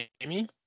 Amy